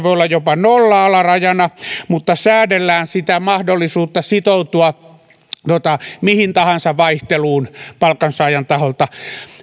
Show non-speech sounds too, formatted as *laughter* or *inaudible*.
*unintelligible* voi olla jopa nolla alarajana mutta säädellään sitä mahdollisuutta sitoutua mihin tahansa vaihteluun palkansaajan taholta